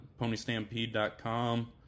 PonyStampede.com